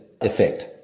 effect